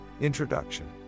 Introduction